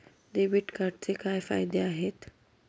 Debit कार्डचे काय फायदे आहेत?